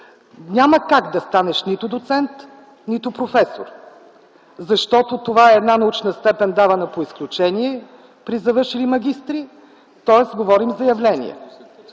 няма как да станеш нито доцент, нито професор. Защото това е една научна степен, давана по изключение при завършили магистри, тоест говорим за явление.